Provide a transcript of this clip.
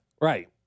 right